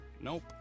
Nope